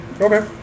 Okay